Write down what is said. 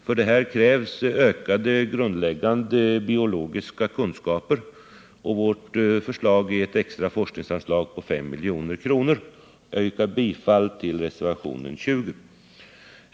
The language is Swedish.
För detta syfte krävs ökade grundläggande biologiska kunskaper, och vårt förslag är ett extra forskningsanslag på 5 milj.kr. Jag yrkar bifall till reservationen 20.